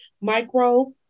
micro